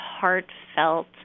heartfelt